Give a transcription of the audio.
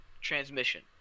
transmission